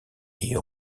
est